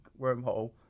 wormhole